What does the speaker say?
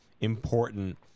important